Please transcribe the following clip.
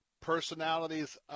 Personalities